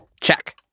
Check